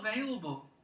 available